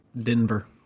Denver